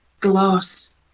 glass